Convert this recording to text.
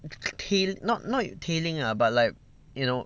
tail not not tailing lah but like you know